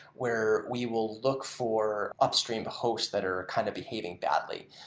where we will look for upstream hosts that are kind of behaving badly.